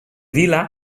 vila